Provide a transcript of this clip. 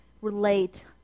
relate